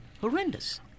horrendous